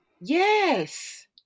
Yes